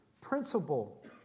principle